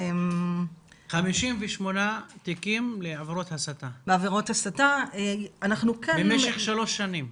58 תיקים לעבירות הסתה במשך שלוש שנים.